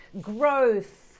growth